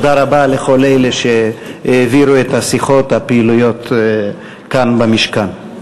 תודה לכל אלה שהעבירו את השיחות ואת הפעילויות כאן במשכן.